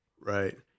Right